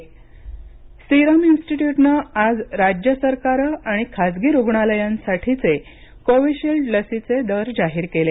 Covishield दर serum इन्स्टीट्यूटनं आज राज्य सरकारं आणि खाजगी रुग्णालयांसाठीचे कोविशिल्ड लसीचे दर जाहीर केले